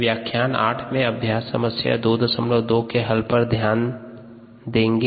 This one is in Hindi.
व्याख्यान 8 में अभ्यास समस्या 22 के हल पर ध्यान देगें